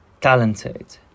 talented